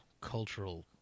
cultural